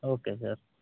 okay sir